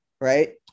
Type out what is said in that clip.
right